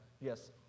yes